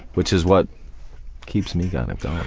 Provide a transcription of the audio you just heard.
which is what keeps me kind of going.